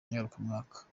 ngarukamwaka